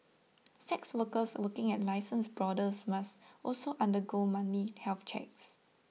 sex workers working at licensed brothels must also undergo monthly health checks